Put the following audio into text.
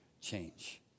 change